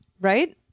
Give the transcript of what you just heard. right